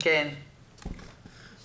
אבל מה שכן, בהיבט של